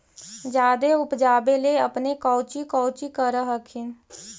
जादे उपजाबे ले अपने कौची कौची कर हखिन?